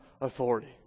authority